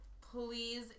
please